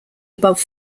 above